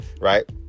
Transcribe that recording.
right